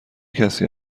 کسی